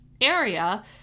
area